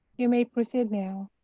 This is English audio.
you may proceed now.